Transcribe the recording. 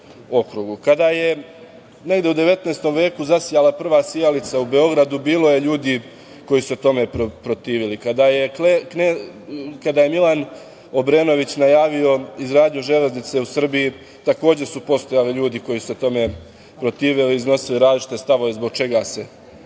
je negde u 19. veku kada je zasijala prva sijalica u Beogradu bilo je ljudi koji su se tome protivili. Kada je Milan Obrenović najavio izgradnju železnice u Srbiji, takođe su postojali ljudi koji su se tome protivili, iznosili različite stavove zbog čega se